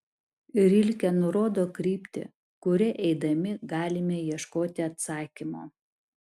rilke nurodo kryptį kuria eidami galime ieškoti atsakymo